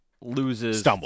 loses